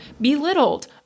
belittled